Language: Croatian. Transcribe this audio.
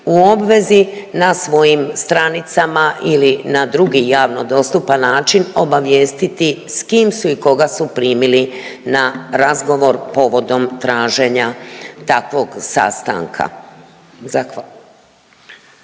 u obvezi na svojim stranicama ili na drugi javno dostupan način obavijestiti s kim su i koga su primili na razgovor povodom traženja takvog sastanka. Zahvaljujem.